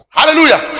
hallelujah